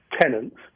tenants